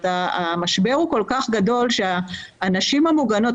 המשבר הוא כל כך גדול שהנשים המוגנות,